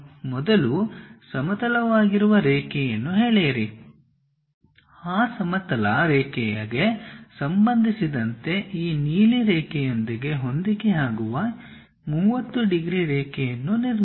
ಮೊದಲು ಸಮತಲವಾಗಿರುವ ರೇಖೆಯನ್ನು ಎಳೆಯಿರಿ ಆ ಸಮತಲ ರೇಖೆಗೆ ಸಂಬಂಧಿಸಿದಂತೆ ಈ ನೀಲಿ ರೇಖೆಯೊಂದಿಗೆ ಹೊಂದಿಕೆಯಾಗುವ 30 ಡಿಗ್ರಿ ರೇಖೆಯನ್ನು ನಿರ್ಮಿಸಿ